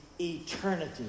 eternity